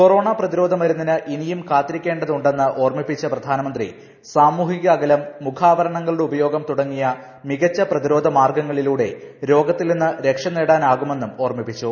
corona പ്രതിരോധ മരുന്നിന് ഇനിയും കാത്തിരിക്കേണ്ടതുട്ടെന്ന് ഓർമ്മിപ്പിച്ച പ്രധാനമന്ത്രി സാമൂഹിക അകലം മൂഖ്ാവരണങ്ങളുടെ ഉപയോഗം തുടങ്ങിയ മികച്ച പ്രതിരോധ മാർഗ്ഗങ്ങളിലൂടെ രോഗത്തിൽ നിന്ന് രക്ഷ നേടാൻ ആകുമെന്ന് ഓർമ്മിപ്പിച്ചു